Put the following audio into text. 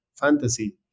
fantasy